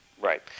Right